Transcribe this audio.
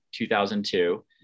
2002